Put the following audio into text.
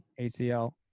ACL